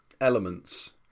elements